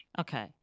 Okay